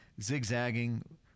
zigzagging